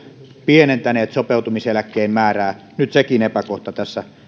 pienentäneet sopeutumiseläkkeen määrää nyt sekin epäkohta tässä